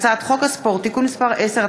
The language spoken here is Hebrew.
הצעת חוק הספורט (תיקון מס' 10),